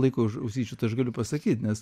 laiko už ausyčių tai aš galiu pasakyt nes